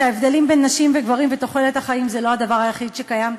וההבדלים בין גברים לנשים ותוחלת החיים זה לא הדבר היחיד שקיים.